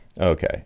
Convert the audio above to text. okay